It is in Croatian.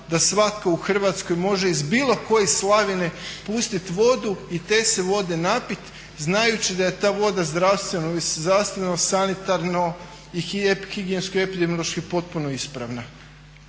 da svatko u Hrvatskoj može iz bilo koje slavine pustit vodu i te se vode napiti znajući da je ta voda zdravstveno, sanitarno i higijensko-epidemiološki potpuno ispravna.